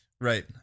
Right